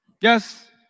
Yes